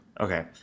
okay